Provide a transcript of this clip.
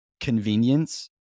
Convenience